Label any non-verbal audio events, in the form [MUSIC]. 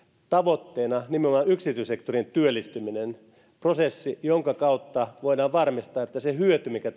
tavoitteena nimenomaan yksityissektorille työllistyminen prosessi jonka kautta voidaan varmistaa että se hyöty mikä [UNINTELLIGIBLE]